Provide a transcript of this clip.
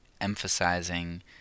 emphasizing